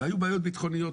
והיו בעיות ביטחוניות,